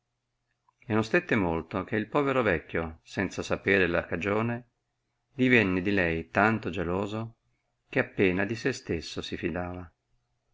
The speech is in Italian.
e non stette molto che il povero vecchio senza sapere la cagione divenne di lei tanto geloso che appena di se stesso si fidava